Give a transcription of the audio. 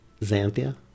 Xanthia